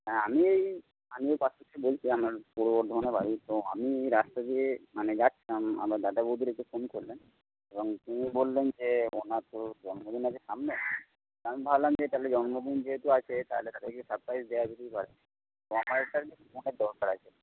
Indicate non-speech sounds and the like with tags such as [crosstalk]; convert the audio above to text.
হ্যাঁ আমি ওই আমি [unintelligible] বলছি আমার পূর্ব বর্ধমানে বাড়ি তো আমি রাস্তা দিয়ে মানে যাচ্ছিলাম আমার দাদা বৌদিরা এসে ফোন করলেন এবং তিনি বললেন যে ওনার পুরো জন্মদিন আছে সামনে তা আমি ভাবলাম যে তাহলে জন্মদিন যেহেতু আছে তাহলে দাদাকে সারপ্রাইস দেওয়া যেতেই পারে তো আমার [unintelligible] ফোনের দরকার আছে